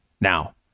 now